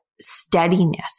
steadiness